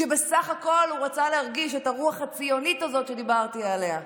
כשבסך הכול הוא רצה להרגיש את הרוח הציונית הזאת שדיברתי עליה.